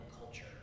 culture